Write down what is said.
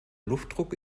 luftdruck